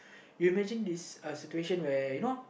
you imagine this situation where you know